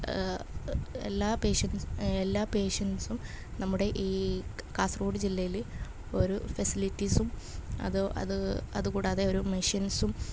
എല്ലാ പേഷ്യൻസ് എല്ലാ പേഷ്യൻസ്സും നമ്മുടെ ഈ കാസർഗോഡ് ജില്ലയിൽ ഒരു ഫെസിലിറ്റീസും അതോ അത് അതുകൂടാതെ ഒരു മെഷ്യൻസ്സും